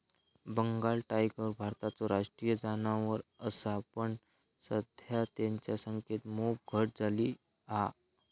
Bengal tiger भारताचो राष्ट्रीय जानवर असा पण सध्या तेंच्या संख्येत मोप घट झाली हा